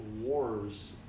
wars